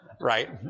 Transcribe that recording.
Right